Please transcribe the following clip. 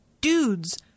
dudes